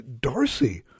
Darcy